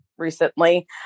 recently